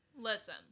Listen